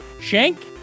Shank